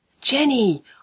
Jenny